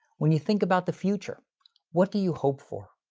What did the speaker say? when you think about the future what do you hope for?